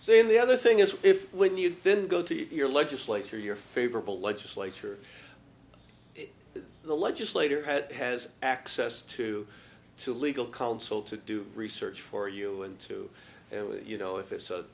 saying the other thing is if when you didn't go to your legislature your favorable legislature the legislator had has access to to legal counsel to do research for you and to you know if it's